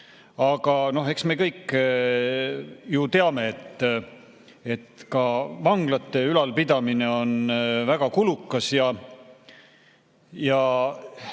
Aga eks me kõik ju teame, et ka vanglate ülalpidamine on väga kulukas, ja